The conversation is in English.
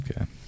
Okay